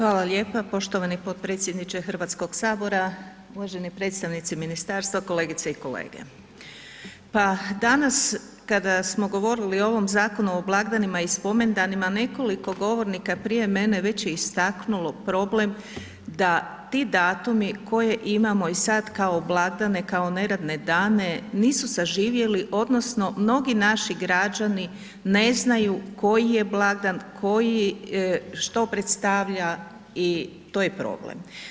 Hvala lijepa poštovani potpredsjedniče HS, uvaženi predstavnici ministarstva, kolegice i kolege, pa danas kada smo govorili o ovom Zakonu o blagdanima i spomendanima nekoliko govornika prije mene već je istaknulo problem da ti datumi koje imamo i sad kao blagdane, kao neradne dane, nisu saživjeli odnosno mnogo naši građani ne znaju koji je blagdan, što predstavlja i to je problem.